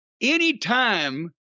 anytime